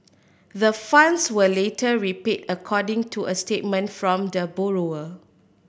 the funds were later repaid according to a statement from the borrower